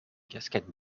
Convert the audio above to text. casquette